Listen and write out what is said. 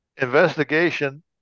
investigation